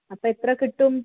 അപ്പം എത്ര കിട്ടും